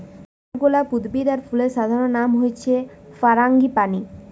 কাঠগোলাপ উদ্ভিদ আর ফুলের সাধারণ নাম হচ্ছে ফারাঙ্গিপানি